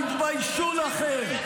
תתביישו לכם.